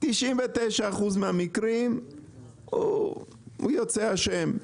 99% מהמקרים הוא יוצא אשם,